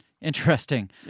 Interesting